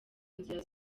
nzira